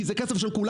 כי זה הכסף של כולנו.